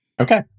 Okay